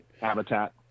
habitat